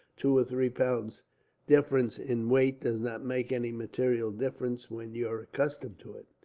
two or three pounds difference in weight does not make any material difference, when you're accustomed to it.